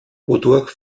wodurch